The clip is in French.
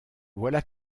voilà